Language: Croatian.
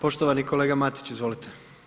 Poštovani kolega Matić, izvolite.